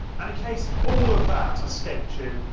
and case all of that escaped you,